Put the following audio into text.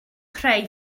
creu